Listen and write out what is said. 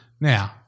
Now